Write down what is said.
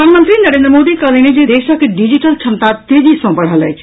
प्रधानमंत्री नरेंद्र मोदी कहलनि अछि जे देशक डिजिटल क्षमता तेजी सँ बढ़ल अछि